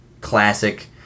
classic